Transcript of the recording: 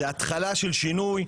זו התחלה של שינוי,